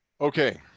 Okay